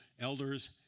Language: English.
elders